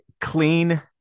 clean